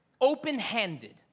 open-handed